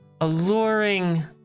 alluring